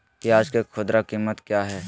प्याज के खुदरा कीमत क्या है?